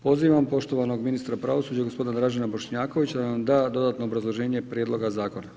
Pozivam poštovanog ministra pravosuđa gospodina Držena Bošnjakovića da nam da dodatno obrazloženje prijedlog zakona.